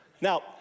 Now